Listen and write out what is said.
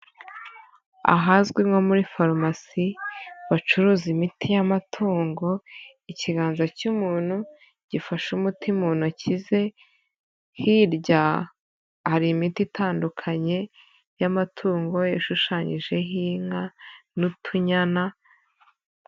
Ahazwi nko muri farumasi, bacuruza imiti y'amatungo, ikiganza cy'umuntu gifashe umuti mu ntoki ze, hirya hari imiti itandukanye y'amatungo, yashushanyijeho inka n'utunyana.